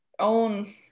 own